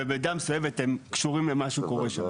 ובמידה מסוימת קשורים למה שקורה שם.